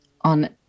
on